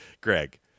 Greg